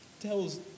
tells